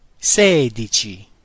sedici